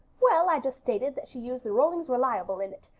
well, i just stated that she used the rollings reliable in it,